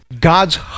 God's